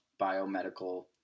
biomedical